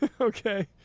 Okay